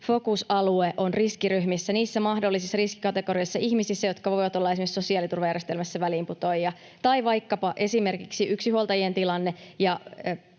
fokusalue on riskiryhmissä, niissä mahdollisissa riskikategorioissa, ihmisissä, jotka voivat olla esimerkiksi sosiaaliturvajärjestelmässä väliinputoajia, tai vaikkapa esimerkiksi yksinhuoltajien tilanteessa